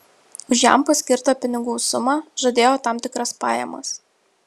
už jam paskirtą pinigų sumą žadėjo tam tikras pajamas